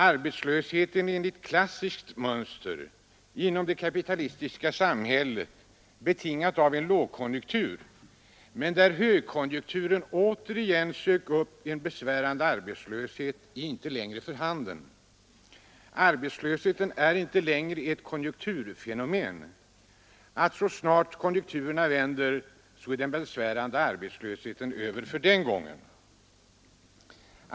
Arbetslöshet enligt klassiskt mönster inom det kapitalistiska samhället, betingad av en lågkonjunktur men där högkonjunkturen återigen sög upp en besvärande arbetslöshet, är inte längre för handen. Arbetslösheten är inte längre konjunkturfenomen, så att man kan säga att så snart konjunkturerna vänder är den besvärande arbetslösheten över för den gången.